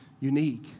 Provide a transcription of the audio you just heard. unique